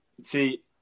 see